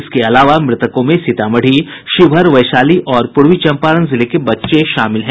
इसके अलावा मृतकों में सीतामढ़ी शिवहर वैशाली और पूर्वी चंपारण जिले के बच्चे शामिल हैं